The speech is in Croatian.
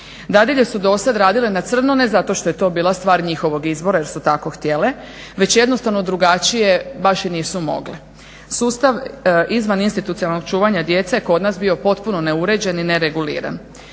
Dadilje su do sad radile na crno, ne zato što je to bila stvar njihovog izbora, jer su tako htjele već jednostavno drugačije baš i nisu mogle. Sustav izvan institucionalnog čuvanja djece je kod nas bio potpuno neuređen i nereguliran.